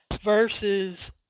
versus